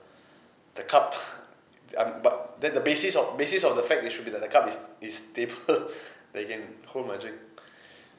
the cup I'm but that the basis of basis of the fact it should be that the cup is is stable that it can hold my drink